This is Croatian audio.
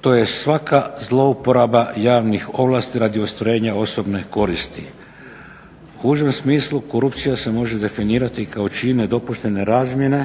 to je svaka zlouporaba javnih ovlasti radi ostvarenja osobne koristi. U užem smislu korupcija se može definirati kao čin nedopuštene razmjene